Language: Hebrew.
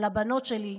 על הבנות שלי,